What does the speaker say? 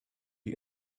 die